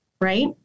right